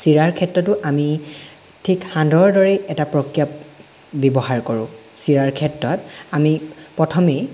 চিৰাৰ ক্ষেত্ৰতো আমি ঠিক সান্দহৰ দৰেই এটা প্ৰক্ৰিয়া ব্যৱহাৰ কৰোঁ চিৰাৰ ক্ষেত্ৰত আমি প্ৰথমেই